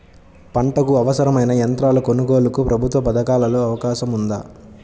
పంటకు అవసరమైన యంత్రాల కొనగోలుకు ప్రభుత్వ పథకాలలో అవకాశం ఉందా?